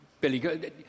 Billy